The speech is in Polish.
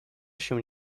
się